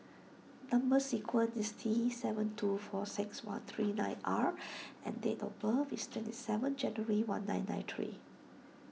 Number Sequence is T seven two four six one three nine R and date of birth is twenty seven January one nine nine three